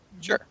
Sure